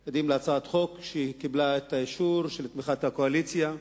אנחנו עדים להצעת חוק שקיבלה את האישור של תמיכת הקואליציה,